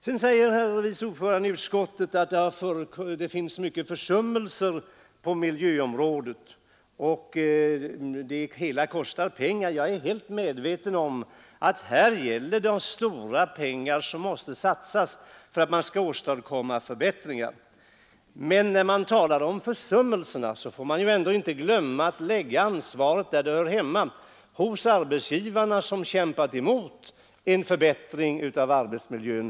Sedan säger herr vice ordföranden i utskottet att det har förekommit många försummelser på miljöområdet och att hela den här reformen kostar pengar. Jag är fullt medveten om att stora pengar måste satsas för att man skall åstadkomma förbättringar. Men när man talar om försummelser får man ändå inte glömma att lägga ansvaret där det hör hemma: hos arbetsgivarna som kämpat emot en förbättring av arbetsmiljön.